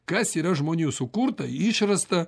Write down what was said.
kas yra žmonių sukurta išrasta